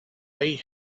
they